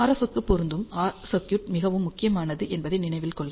RF க்கு பொருந்தும் circuit மிகவும் முக்கியமானது என்பதை நினைவில் கொள்க